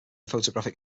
photographic